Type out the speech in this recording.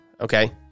Okay